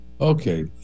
okay